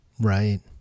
Right